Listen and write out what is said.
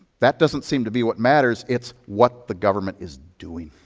that doesn't seem to be what matters. it's what the government is doing.